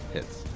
Hits